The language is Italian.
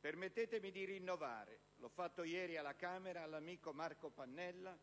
permettetemi di rinnovare - l'ho fatto ieri alla Camera dei deputati - all'amico Marco Pannella,